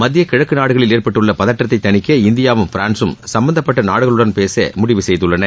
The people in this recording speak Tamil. மத்திய கிழக்கு நாடுகளில் ஏற்பட்டுள்ள பதற்றத்தை தணிக்க இந்தியாவும் பிரான்ஸூம் சம்மந்தப்பட்ட நாடுகளுடன் பேச முடிவு செய்துள்ளன